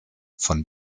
von